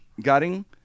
gutting